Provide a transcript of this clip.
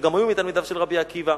שגם הוא מתלמידיו של רבי עקיבא.